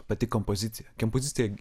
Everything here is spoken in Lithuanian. pati kompozicija kompozicija